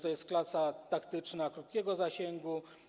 To jest klasa taktyczna krótkiego zasięgu.